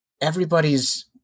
Everybody's